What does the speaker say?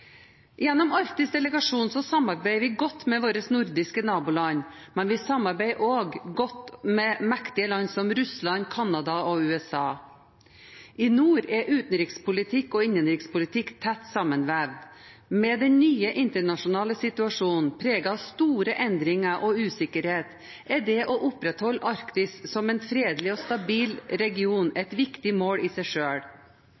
Gjennom arktisk delegasjon samarbeider vi godt med våre nordiske naboland, men vi samarbeider også godt med mektige land som Russland, Canada og USA. I nord er utenrikspolitikk og innenrikspolitikk tett sammenvevd. Med den nye internasjonale situasjonen, preget av store endringer og usikkerhet, er det å opprettholde Arktis som en fredelig og stabil region